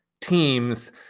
teams